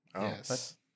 Yes